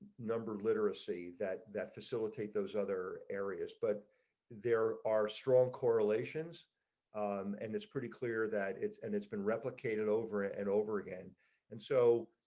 number literacy that that facilitate those other areas, but there are strong correlations um and it's pretty clear that it's and it's been replicated over and over again and so